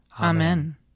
Amen